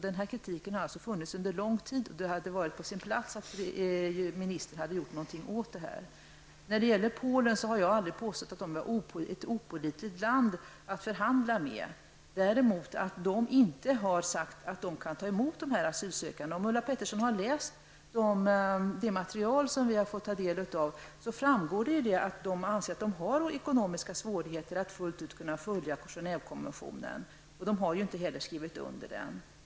Denna kritik har riktats under lång tid, och det hade varit på sin plats att ministern gjort någonting åt detta. Jag har aldrig påstått att Polen är ett opålitligt land att förhandla med. Däremot har man sagt att man inte kan ta emot dessa asylsökande. Om Ulla Pettersson har läst det material som vi fått ta del av, framgår det av detta att polackerna har ekonomiska svårigheter och svårigheter att fullt ut följa Genèvekonventionen, och de har heller inte skrivit under den.